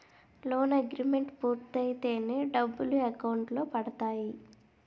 loan agreement పూర్తయితేనే డబ్బులు account లో పడతాయి